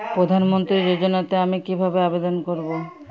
প্রধান মন্ত্রী যোজনাতে আমি কিভাবে আবেদন করবো?